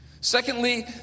Secondly